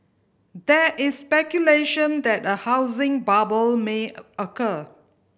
there is speculation that a housing bubble may occur